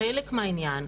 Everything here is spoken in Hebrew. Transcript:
חלק מהעניין,